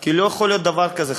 כי לא יכול להיות דבר כזה.